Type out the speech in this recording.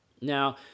Now